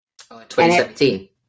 2017